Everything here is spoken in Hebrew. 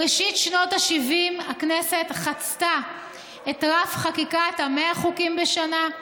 בראשית שנות ה-70 הכנסת חצתה את רף חקיקת 100 חוקים בשנה,